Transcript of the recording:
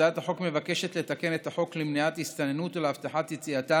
הצעת החוק מבקשת לתקן את החוק למניעת הסתננות ולהבטחת יציאתם